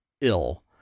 ill